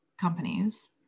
companies